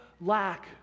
lack